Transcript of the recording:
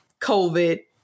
covid